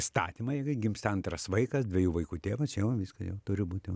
įstatymą jeigu gimsta antras vaikas dvejų vaikų tėvas jo viską jau turi būt jau